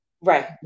Right